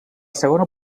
segona